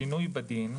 שינוי בדין,